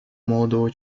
молодого